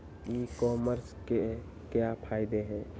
ई commerce के क्या फायदे हैं?